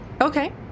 okay